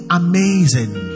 amazing